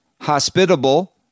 hospitable